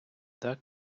так